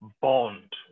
bond